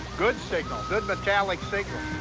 good signal. good metallic signal.